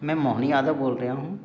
मैं मोहन यादव बोल रेया हूँ